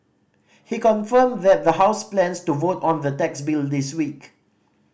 he confirmed that the House plans to vote on the tax bill this week